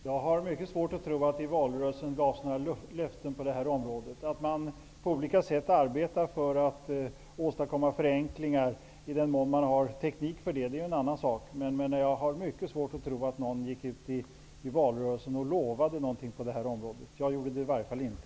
Herr talman! Jag har mycket svårt att tro att det i valrörelsen gavs några löften på det här området. Att man på olika sätt arbetar för att åstadkomma förenklingar i den mån det finns teknik är en annan sak. Jag har som sagt mycket svårt att tro att någon gick ut i valrörelsen och lovade någonting på det här området. Jag gjorde det i varje fall inte.